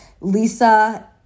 Lisa